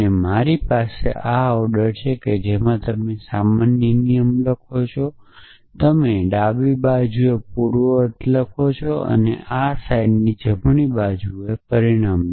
અને મારી પાસે ઓર્ડર છે કે જેમાં તમે સામાન્ય નિયમમાં લખો છો ત્યાં તમે ડાબી બાજુએ પૂર્વવર્તી લખો છો અને આ સાઇનની જમણી બાજુની પરિણામે